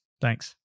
thanks